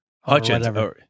Hutchins